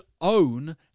own